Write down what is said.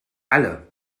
alle